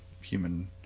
human